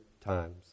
times